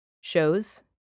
shows